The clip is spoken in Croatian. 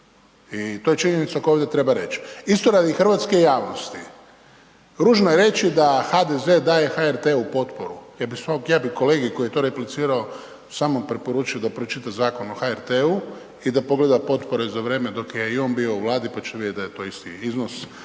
I to je činjenica koju ovdje treba reći. Isto radi hrvatske javnosti, ružno je reći da HDZ daje HRT-u potporu, ja bih kolegi koji je to replicirao samo preporučio da pročita Zakon o HRT-u i da pogleda potpore za vrijeme dok je i on bio u vladi pa će vidjeti da je to isti iznos.